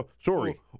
sorry